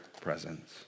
presence